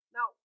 Now